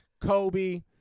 Kobe